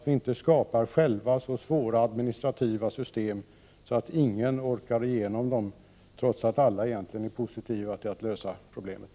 Vi bör inte själva skapa så svåra administrativa system att ingen orkar igenom dem, trots att egentligen alla är positiva till att lösa problemet.